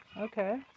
Okay